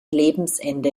lebensende